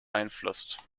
beeinflusst